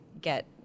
get